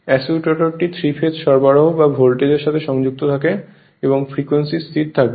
অ্যাস্যুটটি 3 phase সরবরাহ বা ভোল্টেজের সাথে সংযুক্ত থাকে এবং ফ্রিকোয়েন্সি স্থির থাকবে